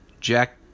jack